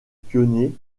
pionniers